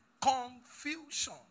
confusion